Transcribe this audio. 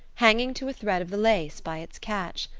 hanging to a thread of the lace by its catch!